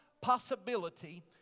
possibility